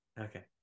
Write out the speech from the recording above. okay